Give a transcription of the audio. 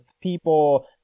people